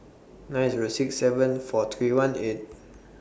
nine Zero six seven four three one eight